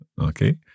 Okay